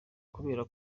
kubereka